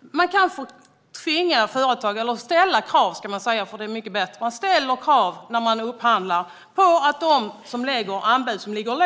Man ställer krav vid upphandling på att de som lägger låga